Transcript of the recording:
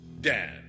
dan